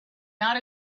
not